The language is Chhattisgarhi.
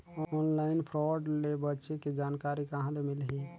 ऑनलाइन फ्राड ले बचे के जानकारी कहां ले मिलही?